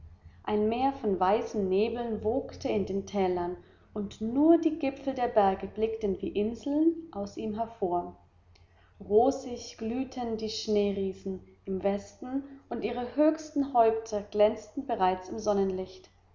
ein meer von weißen nebeln wogte in den tälern und nur die gipfel der berge blickten wie inseln aus ihm hervor rosig glühten die schneeriesen im westen und ihre höchsten häupter glänzten bereits im sonnenlicht